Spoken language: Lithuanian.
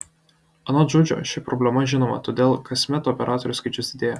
anot žudžio ši problema žinoma todėl kasmet operatorių skaičius didėja